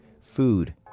food